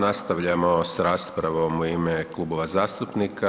Nastavljamo s raspravom u ime klubova zastupnika.